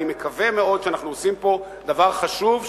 אני מקווה מאוד שאנחנו עושים פה דבר חשוב,